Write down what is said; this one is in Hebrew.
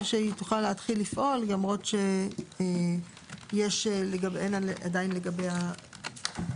ושהיא תוכל להתחיל לפעול למרות שאין עדיין לגביה תעודות.